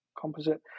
composite